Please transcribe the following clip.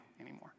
anymore